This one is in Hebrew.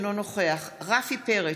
אינו נוכח רפי פרץ,